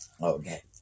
Okay